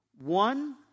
One